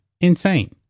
Insane